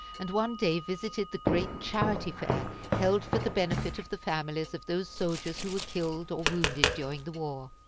and one day visited the great charity fair held for the benefit of the families of those soldiers who were killed or wounded during the war.